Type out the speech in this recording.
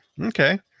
okay